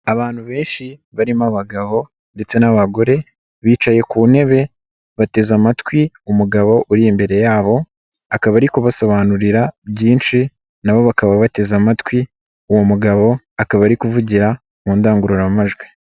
Abantu benshi barimo abagabo ndetse n'abagore, bicaye ku ntebe bateze amatwi umugabo uri imbere yabo, akaba ari kubasobanurira byinshi na bo bakaba bateze amatwi, uwo mugabo akaba ari kuvugira mu ndangururamajwi.